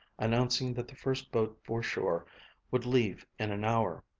announcing that the first boat for shore would leave in an hour.